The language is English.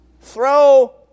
Throw